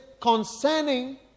concerning